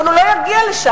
אבל הוא לא יגיע לשם,